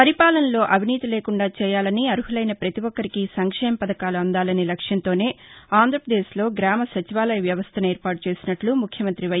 పరిపాలనలో అవినీతి లేకుండా చేయాలని అర్నులైన ప్రతి ఒక్గరికి సంక్షేమ పథకాలు అందాలనే లక్ష్యంతోనే అంధ్రప్రదేశ్లో గ్రామ సచివాలయ వ్యవస్థను ఏర్పాటు చేసినట్లు ముఖ్యమంత్రి వై